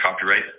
copyright